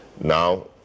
Now